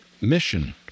mission